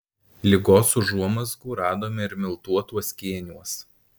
ligos užuomazgų radome ir miltuotuos kėniuos